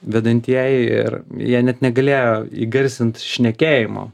vedantieji ir jie net negalėjo įgarsint šnekėjimo